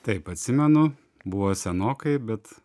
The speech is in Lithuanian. taip atsimenu buvo senokai bet